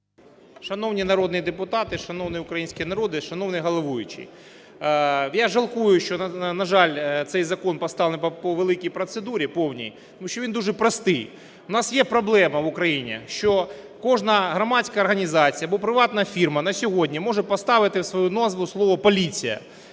Шановні народні депутати, шановний український народе, шановний головуючий! Я жалкую, що, на жаль, цей закон поставлений по великій процедурі, повній, тому що він дуже простий. У нас є проблема в Україні, що кожна громадська організація або приватна фірма на сьогодні може поставити в свою назву слово "поліція".